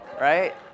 Right